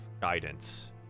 guidance